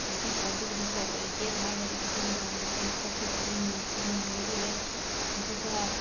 ninety four ꯇꯨꯕꯨꯗꯤ ꯁꯣꯛ ꯑꯣꯏꯔꯦ ꯗꯦꯠ ꯍꯥꯏꯔꯒꯗꯤ ꯊꯥꯔꯇꯤ ꯖꯅꯋꯥꯔꯤ ꯑꯩ ꯄꯣꯛꯈꯤꯕꯒꯤ ꯅꯨꯃꯤꯠꯁꯤ ꯃꯦꯃꯣꯔꯤ ꯑꯣꯏꯖꯩ ꯑꯗꯨꯒ